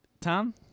Tom